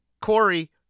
Corey